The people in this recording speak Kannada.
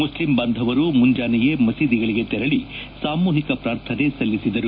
ಮುಸ್ಲಿಂ ಬಾಂಧವರು ಮುಂಜಾನೆಯೇ ಮಸೀದಿಗಳಿಗೆ ತೆರಳಿ ಸಾಮೂಹಿಕ ಪ್ರಾರ್ಥನೆ ಸಲ್ಲಿಸಿದರು